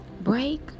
break